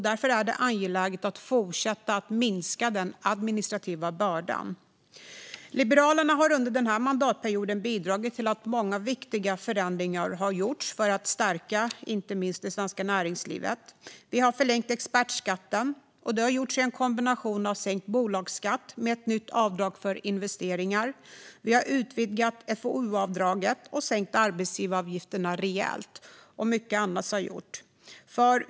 Därför är det angeläget att fortsätta minska den administrativa bördan. Liberalerna har under den här mandatperioden bidragit till att många viktiga förändringar har skett för att stärka inte minst det svenska näringslivet. Vi har förlängt expertskatten, och det har gjorts i en kombination av sänkt bolagsskatt med ett nytt avdrag för investeringar. Vi har utvidgat FOU-avdraget och sänkt arbetsgivaravgifterna rejält, och mycket annat har gjorts.